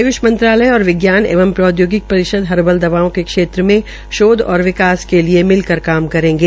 आयुष मंत्रालय और विज्ञान औदयौगिक परिषद हर्बल दवाओं के क्षेत्र में शोध और विकास के लिये मिलकर काम करेंगे